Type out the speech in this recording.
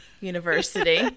University